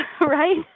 right